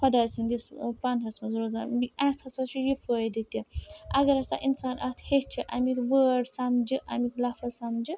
خۄداے سٕنٛدِس ٲں پَناہَس منٛز روزان بیٚیہِ اَتھ ہسا چھُ یہِ فٲیدٕ تہِ اَگر ہسا اِنسان اَتھ ہیٚچھہِ اَمِکۍ وٲرڈ سَمجھہِ اَمِکۍ لفظ سَمجھہِ